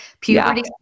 puberty